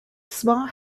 small